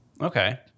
Okay